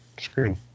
screen